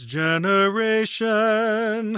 generation